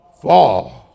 fall